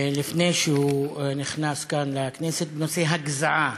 לפני שהוא נכנס לכנסת, בנושא הגזעה.